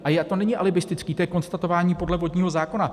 A to není alibistické, to je konstatování podle vodního zákona.